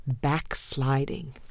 backsliding